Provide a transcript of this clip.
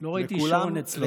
לא ראיתי שעון אצלו.